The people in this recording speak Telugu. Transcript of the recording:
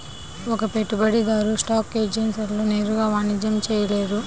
ఒక పెట్టుబడిదారు స్టాక్ ఎక్స్ఛేంజ్లలో నేరుగా వాణిజ్యం చేయలేరు